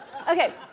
Okay